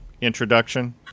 introduction